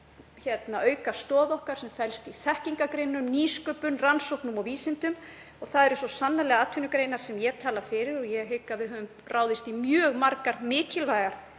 sú aukastoð okkar sem felst í þekkingargreinum, nýsköpun, rannsóknum og vísindum. Það eru svo sannarlega atvinnugreinar sem ég tala fyrir og ég hygg að við höfum ráðist í mjög margar mikilvægar